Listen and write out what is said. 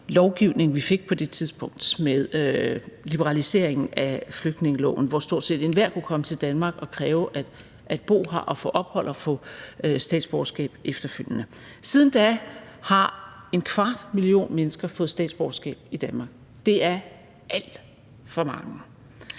lovgivning, vi fik på det tidspunkt med liberaliseringen af flygtningeloven, hvor stort set enhver kan komme til Danmark og kræve at bo her og få ophold og få statsborgerskab efterfølgende. Siden da har en kvart million mennesker fået statsborgerskab i Danmark. Det er alt for mange,